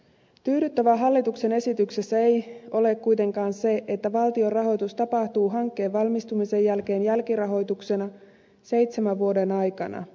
tyydyttävää hallituksen esityksessä ei ole kuitenkaan se että valtion rahoitus toteutuu hankkeen valmistumisen jälkeen jälkirahoituksena seitsemän vuoden aikana